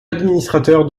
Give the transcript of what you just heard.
administrateur